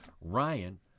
Ryan